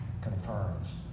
confirms